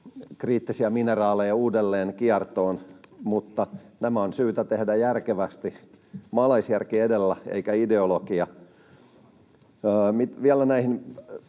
kriittisiä mineraaleja uudelleen kiertoon. Mutta tämä on syytä tehdä järkevästi maalaisjärki eikä ideologia edellä. Vielä näihin